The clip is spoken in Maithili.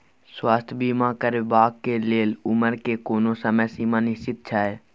स्वास्थ्य बीमा करेवाक के लेल उमर के कोनो समय सीमा निश्चित छै?